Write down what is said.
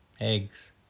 eggs